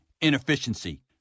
inefficiency